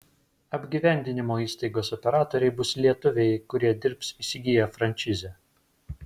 apgyvendinimo įstaigos operatoriai bus lietuviai kurie dirbs įsigiję frančizę